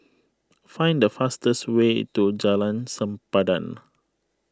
find the fastest way to Jalan Sempadan